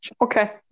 Okay